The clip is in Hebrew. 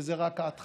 וזו רק ההתחלה.